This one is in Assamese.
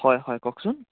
হয় হয় কওকচোন